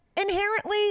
inherently